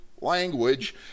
language